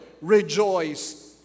rejoice